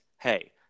hey